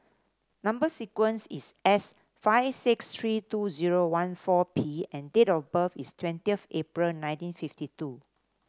number sequence is S five six three two zero one four P and date of birth is thirty of April nineteen fifty two